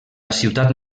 ciutat